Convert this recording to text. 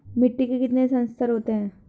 मिट्टी के कितने संस्तर होते हैं?